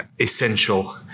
essential